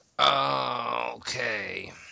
Okay